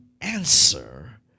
answer